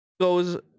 goes